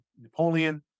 Napoleon